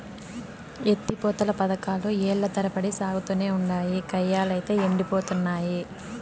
ఎత్తి పోతల పదకాలు ఏల్ల తరబడి సాగతానే ఉండాయి, కయ్యలైతే యెండిపోతున్నయి